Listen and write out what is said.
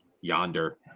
yonder